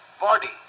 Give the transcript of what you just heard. body